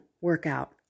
workout